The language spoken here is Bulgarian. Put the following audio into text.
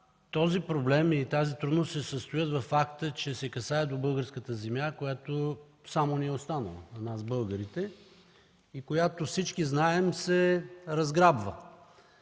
този проблем, и тази трудност се състоят във факта, че се касае до българската земя, която само ни е останала на нас българите, и която, всички знаем, се разграбва.